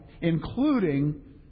including